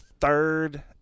Third